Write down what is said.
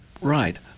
Right